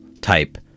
type